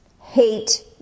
hate